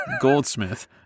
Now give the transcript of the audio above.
Goldsmith